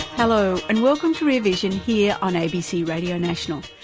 hello, and welcome to rear vision, here on abc radio national,